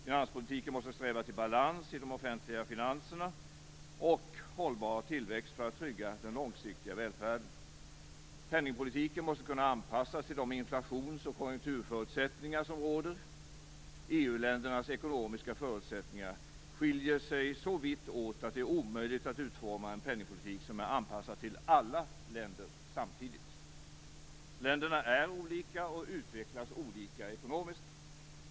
Finanspolitiken måste sträva till balans i de offentliga finanserna och hållbar tillväxt för att trygga den långsiktiga välfärden. Penningpolitiken måste kunna anpassas till de inflations och konjunkturförutsättningar som råder. EU-ländernas ekonomiska förutsättningar skiljer sig så vitt åt att det är omöjligt att utforma en penningpolitik som är anpassad till alla länder samtidigt. Länderna är olika och utvecklas olika ekonomiskt.